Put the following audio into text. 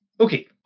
Okay